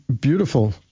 beautiful